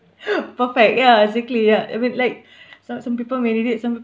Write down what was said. perfect ya exactly ya I mean like some some people may need it some